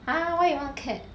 !huh! why you want cat